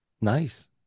Nice